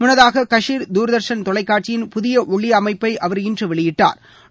முள்ளதாக கஷீர் தூர்தா்ஷன் தொலைக்காட்சியின் புதிய ஒலி அமைப்பை அவர் இன்று வெளியிட்டா்